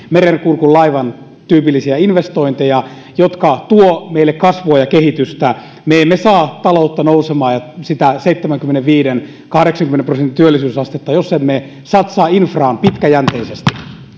merenkurkun laivan tyyppisiä investointeja jotka tuovat meille kasvua ja kehitystä me emme saa taloutta nousemaan ja sitä seitsemänkymmenenviiden viiva kahdeksankymmenen prosentin työllisyysastetta jos emme satsaa infraan pitkäjänteisesti